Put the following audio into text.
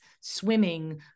swimming